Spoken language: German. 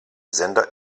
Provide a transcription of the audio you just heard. sender